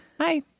Hi